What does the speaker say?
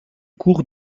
cours